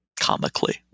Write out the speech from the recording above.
comically